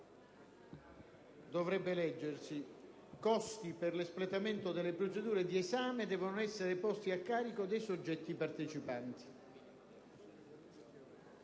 dovrebbe leggersi così: «I costi per l'espletamento delle procedure di esame devono essere posti a carico dei soggetti partecipanti».